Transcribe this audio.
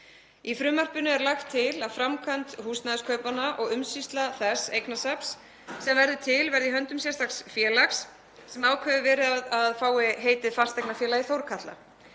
Í frumvarpinu er lagt er til að framkvæmd húsnæðiskaupanna og umsýsla þess eignasafns sem verður til verði í höndum sérstaks félags sem ákveðið hefur verið að fái heitið Fasteignafélagið Þórkatla.